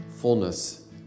fullness